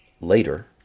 later